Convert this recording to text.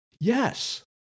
yes